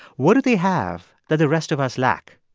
what do they have that the rest of us lack?